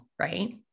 right